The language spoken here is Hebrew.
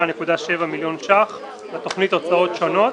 336.7 מיליון שקלים חדשים לתוכנית הוצאות שונות